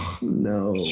No